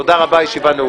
תודה רבה, הישיבה ננעלה.